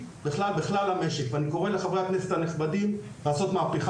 קורא לחברי הכנסת הנכבדים לעשות מהפיכה בנושא הזה,